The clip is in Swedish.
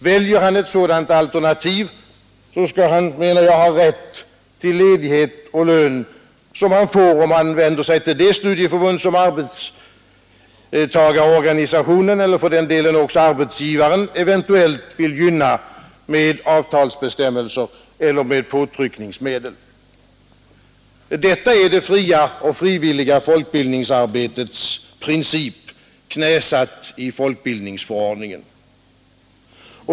Väljer han ett sådant alternativ, skall han, menar jag, ha rätt till ledighet och lön på samma sätt som han får om han vänder sig till det studieförbund som arbetstagarorganisationen eller, för den delen, också arbetsgivaren eventuellt vill gynna med avtalsbestämmelser eller med påtryckningsmedel. Detta är det fria och frivilliga folkbildningsarbetets princip, knäsatt i folkbildningsförordningen.